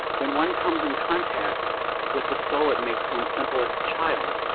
when one comes in contact with the soul it makes one simple as a child,